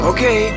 Okay